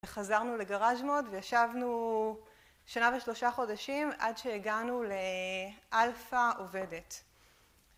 חזרנו לגרז' מוד וישבנו שנה ושלושה חודשים עד שהגענו לאלפא עובדת